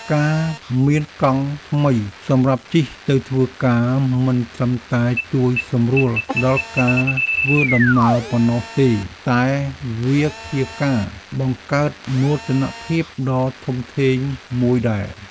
ការមានកង់ថ្មីសម្រាប់ជិះទៅធ្វើការមិនត្រឹមតែជួយសម្រួលដល់ការធ្វើដំណើរប៉ុណ្ណោះទេតែវាជាការបង្កើតមោទនភាពដ៏ធំធេងមួយដែរ។